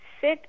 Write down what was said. sit